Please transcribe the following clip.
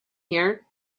here